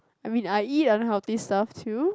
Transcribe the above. I mean I eat unhealthy stuff too